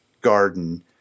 garden